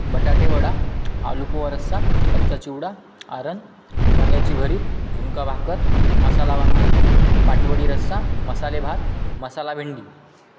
बटाटे वडा आलूपोहा रस्सा कच्चा चिवडा आरन वांग्याची भरीत झुणका भाकर मसाला वांगे पाटवडी रस्सा मसाले भात मसाला भेंडी